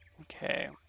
Okay